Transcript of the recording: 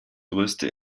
größte